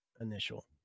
initial